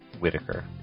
Whitaker